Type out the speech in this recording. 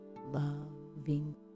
Loving